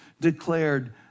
declared